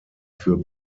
für